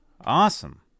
awesome